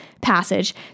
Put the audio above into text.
passage